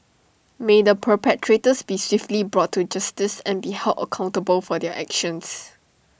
may the perpetrators be swiftly brought to justice and be held accountable for their actions